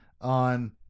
on